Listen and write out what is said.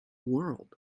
world